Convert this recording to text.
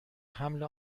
حمل